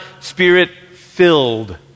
Spirit-filled